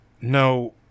No